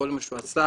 כל מה שהוא עשה.